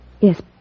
Yes